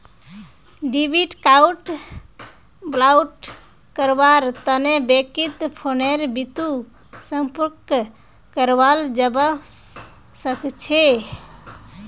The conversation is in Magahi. डेबिट कार्ड ब्लॉक करव्वार तने बैंकत फोनेर बितु संपर्क कराल जाबा सखछे